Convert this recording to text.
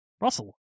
Russell